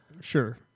Sure